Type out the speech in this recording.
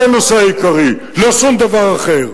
זה הנושא העיקרי, לא שום דבר אחר.